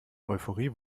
euphorie